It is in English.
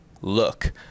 look